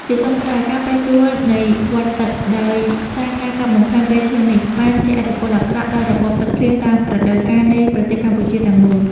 ជាចុងក្រោយ ការប្រែប្រួលនៃវដ្តទឹកដោយសារការកាប់បំផ្លាញព្រៃឈើនេះ បានជះឥទ្ធិពលអាក្រក់ដល់របបទឹកភ្លៀងតាមរដូវកាលនៃប្រទេសកម្ពុជាទាំងមូល។